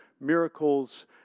miracles